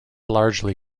largely